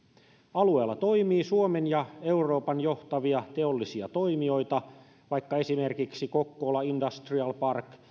alueella toimii suomen ja euroopan johtavia teollisia toimijoita esimerkiksi vaikka kokkola industrial park